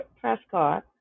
Prescott